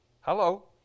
Hello